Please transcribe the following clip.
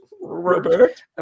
Robert